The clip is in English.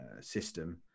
system